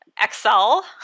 Excel